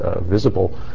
visible